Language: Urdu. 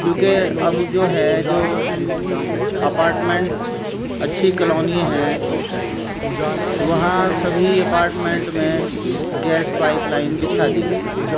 کیونکہ اب جو ہے جو اپارٹمنٹ اچھی کالونیاں ہیں وہاں سبھی اپارٹمنٹ میں گیس پائپ لائن بچھا دی گئی